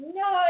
no